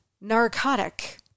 narcotic